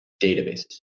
databases